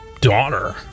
daughter